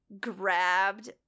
grabbed